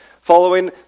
following